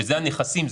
שאלה הנכסים.